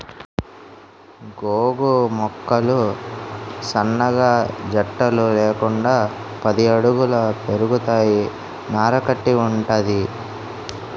గోగు మొక్కలు సన్నగా జట్టలు లేకుండా పది అడుగుల పెరుగుతాయి నార కట్టి వుంటది